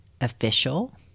official